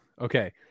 okay